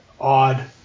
odd